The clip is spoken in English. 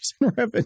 revenue